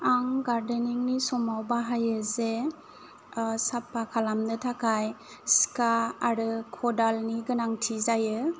आं गार्डनिं नि समाव बाहायो जे साफा खालामनो थाखाय सिखा आरो खदालनि गोनांथि जायो